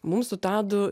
mum su tadu